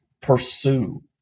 pursue